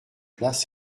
place